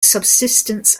subsistence